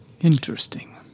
Interesting